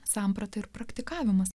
sampratą ir praktikavimas